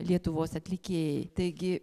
lietuvos atlikėjai taigi